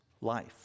life